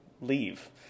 leave